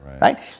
Right